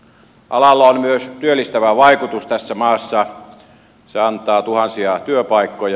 alalla on myös työllistävä vaikutus tässä maassa se antaa tuhansia työpaikkoja